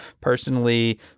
personally